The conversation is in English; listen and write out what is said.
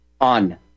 on